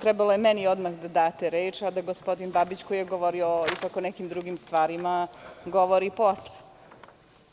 Trebalo je meni odmah da date reč, a da gospodin Babić koji je govorio o nekim drugim stvarima govori posle [[Zoran Babić,